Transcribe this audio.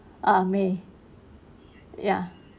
ah me ya